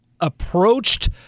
approached